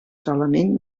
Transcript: solament